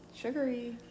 sugary